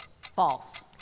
False